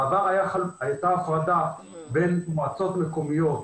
בעבר הייתה הפרדה בין מועצות מקומיות,